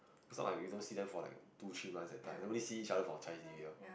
its not like we don't see them for like two three months that type nobody see each other for Chinese-New-Year